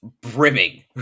brimming